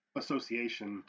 association